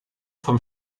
vom